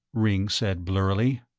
ringg said blurrily.